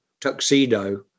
tuxedo